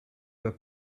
were